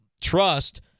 trust –